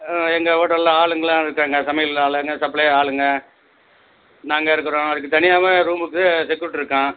எங்க ஹோட்டலில் ஆளுங்கெல்லாம் இருக்காங்க சமையல் ஆளுங்க சப்ளை ஆளுங்க நாங்கள் இருக்குகிறோம் அதுக்கு தனியாகவும் ரூம்முக்கு செக்குரிட்டி இருக்கான்